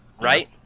right